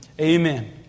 Amen